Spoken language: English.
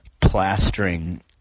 plastering